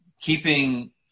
keeping